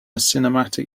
cinematic